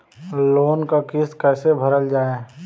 Loan क किस्त कैसे भरल जाए?